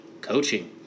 coaching